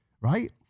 right